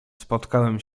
spotkałem